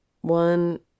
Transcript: One